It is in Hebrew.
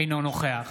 אינו נוכח